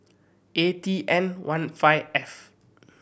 A T N one five F